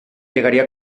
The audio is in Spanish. llegaría